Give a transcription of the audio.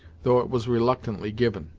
though it was reluctantly given